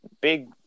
big